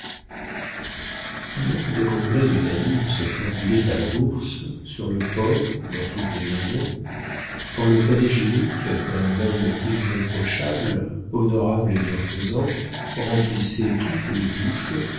pendant que des regrets unanimes se formulaient à la bourse sur le port dans toutes les maisons quand le panégyrique d'un homme irréprochable honorable et bienfaisant remplissait toutes les bouches